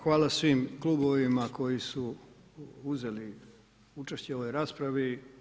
Hvala svim klubovima koji su uzeli učešće u ovoj raspravi.